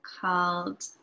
called